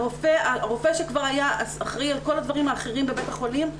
הרופא שכבר היה אחראי על כל הדברים האחרים בבית החולים,